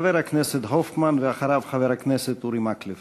חבר הכנסת הופמן, ואחריו, חבר הכנסת אורי מקלב.